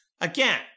again